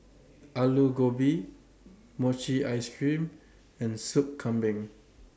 Aloo Gobi Mochi Ice Cream and Sup Kambing